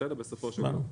בסופו של דבר.